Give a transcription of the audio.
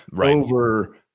over